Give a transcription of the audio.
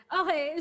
okay